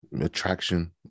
attraction